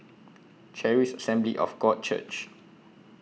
Charis Assembly of God Church